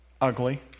Ugly